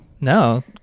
No